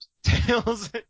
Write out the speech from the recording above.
tails